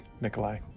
Nikolai